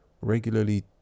regularly